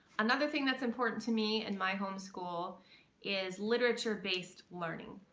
another thing that's important to me in my home school is literature-based learning.